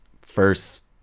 first